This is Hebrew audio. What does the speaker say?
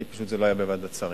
כי פשוט זה לא היה בוועדת שרים.